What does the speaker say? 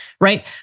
right